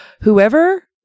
whoever